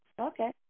Okay